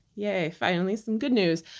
yay. finally, some good news.